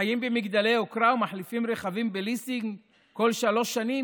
שחיה במגדלי יוקרה ומחליפה רכבים בליסינג כל שלוש שנים